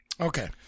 Okay